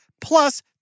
plus